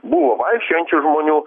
buvo vaikščiojančių žmonių